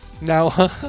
Now